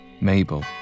Mabel